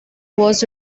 was